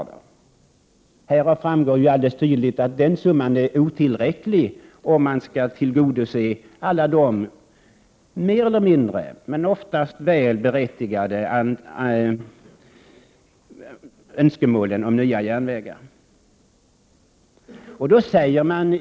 Det har framgått alldeles tydligt att den summan är otillräcklig om man skall tillgodose alla, oftast väl berättigade, önskemål från järnvägarna.